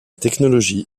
technologie